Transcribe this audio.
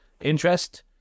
interest